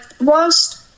whilst